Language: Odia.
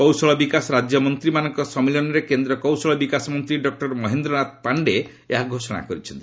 କୌଶଳ ବିକାଶ ରାଜ୍ୟମନ୍ତ୍ରୀମାନଙ୍କର ସମ୍ମିଳନୀରେ କେନ୍ଦ୍ର କୌଶଳ ବିକାଶ ମନ୍ତ୍ରୀ ଡକ୍ଟର ମହେନ୍ଦ୍ରନାଥ ପାଣ୍ଡେ ଏହା ଘୋଷଣା କରିଛନ୍ତି